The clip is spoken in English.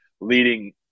leading